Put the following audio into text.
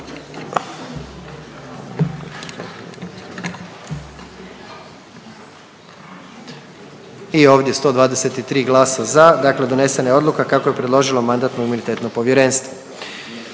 I ovdje 123 glasa za. Dakle donesena je odluka kako je predložilo Mandatno-imunitetno povjerenstvo.